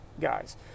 guys